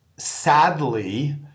Sadly